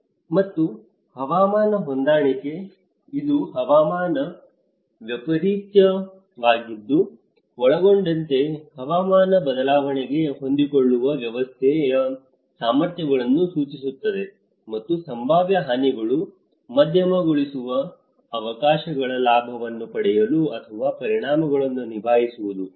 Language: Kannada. ಮತ್ತು ಹವಾಮಾನ ಹೊಂದಾಣಿಕೆ ಇದು ಹವಾಮಾನ ವೈಪರೀತ್ಯವನ್ನು ಒಳಗೊಂಡಂತೆ ಹವಾಮಾನ ಬದಲಾವಣೆಗೆ ಹೊಂದಿಕೊಳ್ಳುವ ವ್ಯವಸ್ಥೆಯ ಸಾಮರ್ಥ್ಯಗಳನ್ನು ಸೂಚಿಸುತ್ತದೆ ಮತ್ತು ಸಂಭಾವ್ಯ ಹಾನಿಯನ್ನು ಮಧ್ಯಮಗೊಳಿಸಲು ಅವಕಾಶಗಳ ಲಾಭವನ್ನು ಪಡೆಯಲು ಅಥವಾ ಪರಿಣಾಮಗಳನ್ನು ನಿಭಾಯಿಸುವುದು